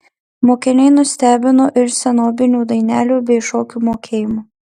mokiniai nustebino ir senobinių dainelių bei šokių mokėjimu